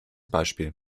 beispiel